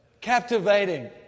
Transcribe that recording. captivating